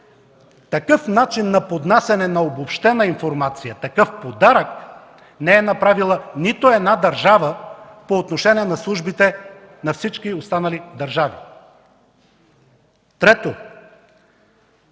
такъв начин на поднасяне на обобщена информация, такъв подарък, не е направила нито една държава по отношение на службите на всички останали държави. Трето,